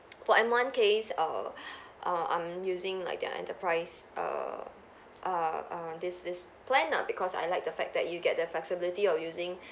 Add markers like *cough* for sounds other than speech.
for M one case err *breath* err I'm using like their enterprise err err err this this plan lah because I like the fact that you get that flexibility of using